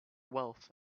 wealth